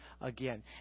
again